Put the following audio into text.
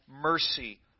mercy